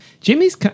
Jimmy's